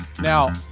Now